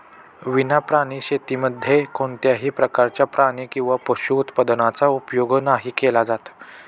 विना प्राणी शेतीमध्ये कोणत्याही प्रकारच्या प्राणी किंवा पशु उत्पादनाचा उपयोग नाही केला जात